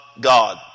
God